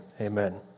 Amen